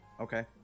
Okay